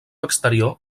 exterior